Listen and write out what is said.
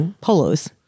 polos